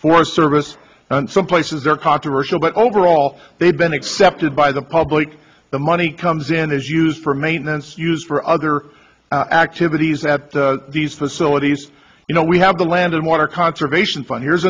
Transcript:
forest service some places are controversial but overall they have been accepted by the public the money comes in is used for maintenance use for other activities at these facilities you know we have the land and water conservation fund here's